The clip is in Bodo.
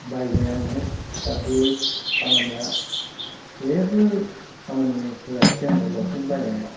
बायबाय आङो दा बे खामानिया जेबो खामानि होआखिसै आंनो लंपेन्ट बायनाया